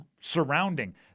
surrounding